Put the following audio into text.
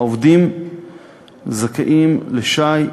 העובדים זכאים לשי,